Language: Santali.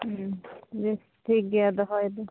ᱵᱮᱥ ᱴᱷᱤᱠ ᱜᱮᱭᱟ ᱫᱚᱦᱚᱭᱮᱫᱟᱹᱧ